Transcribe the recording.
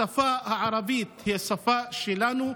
השפה הערבית היא השפה שלנו,